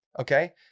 Okay